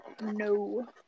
No